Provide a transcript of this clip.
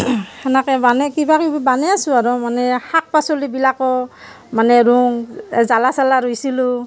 সেনেকৈ বনাই কিবাকিবি বানাই আছো আৰু মানে শাক পাচলিবিলাকো মানে ৰুওঁ জ্বলা চালা ৰুইছিলোঁ